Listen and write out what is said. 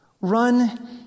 Run